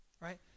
Right